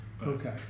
Okay